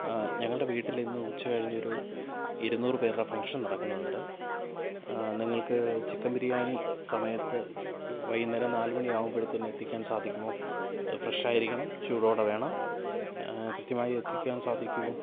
ഞങ്ങളുടെ വീട്ടിലിന്ന് ഉച്ച കഴിഞ്ഞൊരു ഇരുന്നൂറ് പേരുടെ ഫംഗ്ഷൻ നടക്കുന്നുണ്ട് നിങ്ങൾക്ക് ചിക്കൻ ബിരിയാണി സമയത്ത് ഒരു വൈകുന്നേരം നാലുമണി ആകുമ്പോഴത്തിനും എത്തിക്കാൻ സാധിക്കുമോ ഫ്രഷായിരിക്കണം ചൂടോടെ വേണം കൃത്യമായി എത്തിക്കാൻ സാധിക്കുമോ